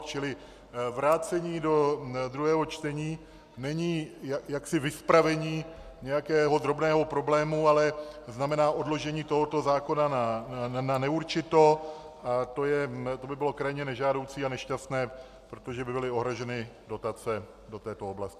Čili vrácení do druhého čtení není vyspravení nějakého drobného problému, ale znamená odložení tohoto zákona na neurčito a to by bylo krajně nežádoucí a nešťastné, protože by byly ohroženy dotace do této oblasti.